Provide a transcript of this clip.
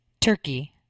Turkey